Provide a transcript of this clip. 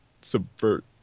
subvert